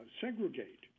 segregate